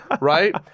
Right